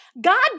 God